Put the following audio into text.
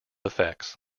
effects